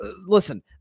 Listen